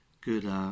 good